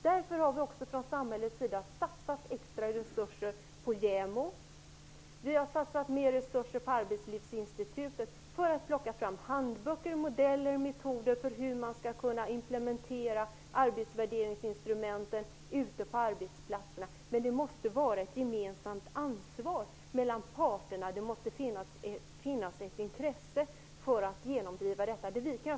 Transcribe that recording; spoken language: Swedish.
Därför har vi också från samhällets sida satsat extra resurser på JämO och på Arbetslivsinstitutet för att plocka fram handböcker, modeller och metoder för hur man skall kunna implementera arbetsvärderingsinstrumentet ute på arbetsplatserna. Men det måste vara ett gemensamt ansvar för parterna, och det måste finnas ett intresse av att genomdriva detta.